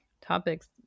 topics